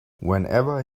whenever